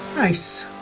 ice